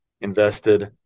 invested